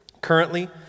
Currently